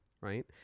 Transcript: right